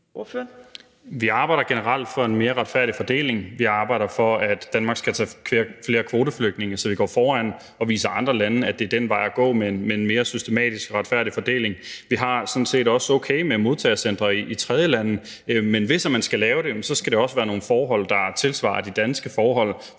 Vi arbejder generelt for en mere retfærdig fordeling. Vi arbejder for, at Danmark skal tage flere kvoteflygtninge, så vi går foran og viser andre lande, at det er vejen at gå at have en mere systematisk og retfærdig fordeling. Vi har det sådan set også okay med modtagecentre i tredjelande, men hvis man skal lave dem, skal der også være nogle forhold, der tilsvarer de danske forhold,